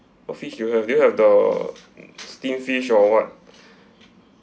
uh fish you have you have the um steamed fish or what